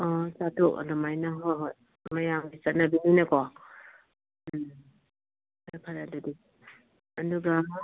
ꯑꯣ ꯆꯥꯇ꯭ꯔꯨꯛ ꯑꯗꯨꯃꯥꯏꯅ ꯍꯣꯏ ꯍꯣꯏ ꯃꯌꯥꯝꯒꯤ ꯆꯠꯅꯕꯤꯅꯤꯅꯀꯣ ꯎꯝ ꯐꯔꯦ ꯐꯔꯦ ꯑꯗꯨꯗꯤ ꯑꯗꯨꯒ ꯑꯃ